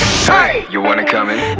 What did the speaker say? you wanna come in?